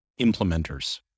implementers